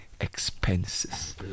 expenses